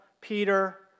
Peter